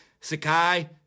Sakai